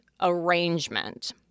arrangement